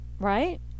right